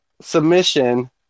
submission